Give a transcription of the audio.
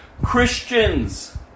Christians